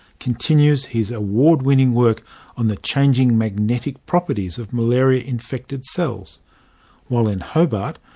continues his award-winning work on the changing magnetic properties of malaria-infected cells while in hobart,